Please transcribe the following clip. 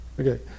Okay